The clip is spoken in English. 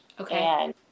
Okay